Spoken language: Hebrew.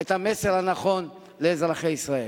את המסר הנכון לאזרחי ישראל.